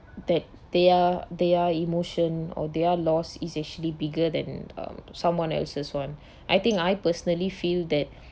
that their their emotion or their loss is actually bigger than um someone else's one I think I personally feel that